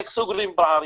איך סוגרים פערים?